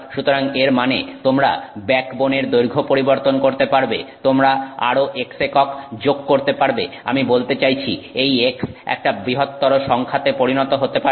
সুতরাং এর মানে তোমরা ব্যাকবোনের দৈর্ঘ্য পরিবর্তন করতে পারবে তোমরা আরো x একক যোগ করতে পারবে আমি বলতে চাইছি এই x একটা বৃহত্তর সংখ্যাতে পরিণত হতে পারে